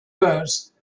verse